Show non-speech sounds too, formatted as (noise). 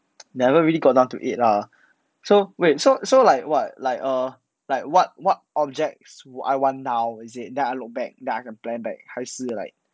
(noise) never really got enough to eat lah so wait so so like what like err like what what objects would I want now is it then I look back then I can plan back 还是 like